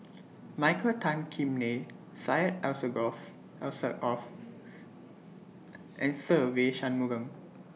Michael Tan Kim Nei Syed Alsagoff L Sir off and Se Ve Shanmugam